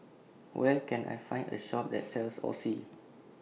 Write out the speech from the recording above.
Where Can I Find A Shop that sells Oxy